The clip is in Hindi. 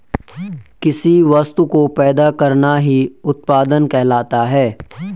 किसी वस्तु को पैदा करना ही उत्पादन कहलाता है